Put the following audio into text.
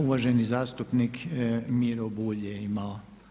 Uvaženi zastupnik Miro Bulj je imao.